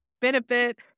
benefit